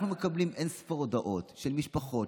אנחנו מקבלים אין-ספור הודעות של משפחות,